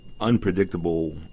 unpredictable